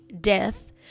death